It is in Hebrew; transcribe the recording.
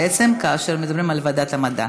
ומדברים על ועדת המדע.